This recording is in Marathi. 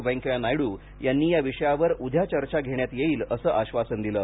वेंकय्या नायड्र यांनी या विषयावर उद्या चर्चा घेण्यात येईल असे आश्वासन दिले